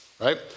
right